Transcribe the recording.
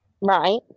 right